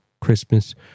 Christmas